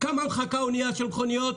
כמה מחכה אונייה של מכוניות,